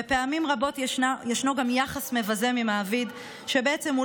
ופעמים רבות ישנו גם יחס מבזה ממעביד שבעצם הוא